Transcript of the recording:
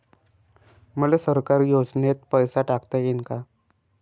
मले सरकारी योजतेन पैसा टाकता येईन काय?